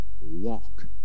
Walk